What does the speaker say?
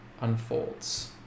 unfolds